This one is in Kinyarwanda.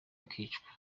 akicwa